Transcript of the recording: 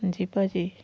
ਹਾਂਜੀ ਭਾਅ ਜੀ